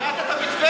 קראת את המתווה?